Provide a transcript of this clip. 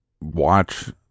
watch